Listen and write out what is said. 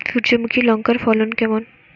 সূর্যমুখী লঙ্কার ফলন কেমন?